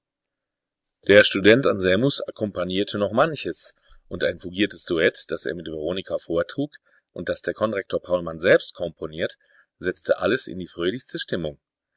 der student anselmus akkompagnierte noch manches und ein fugiertes duett das er mit veronika vortrug und das der konrektor paulmann selbst komponiert setzte alles in die fröhlichste stimmung